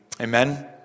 Amen